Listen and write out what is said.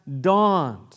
dawned